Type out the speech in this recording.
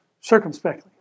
circumspectly